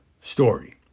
story